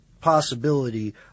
possibility